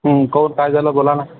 हं को काय झालं बोला ना